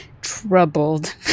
troubled